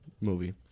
movie